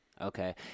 Okay